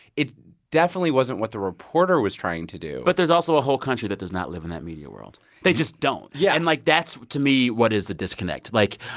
it definitely wasn't what the reporter was trying to do but there's also a whole country that does not live in that media world they just don't yeah and, like, that's, to me, what is the disconnect. like,